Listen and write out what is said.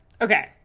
Okay